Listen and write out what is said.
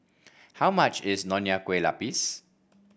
how much is Nonya Kueh Lapis